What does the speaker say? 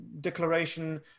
declaration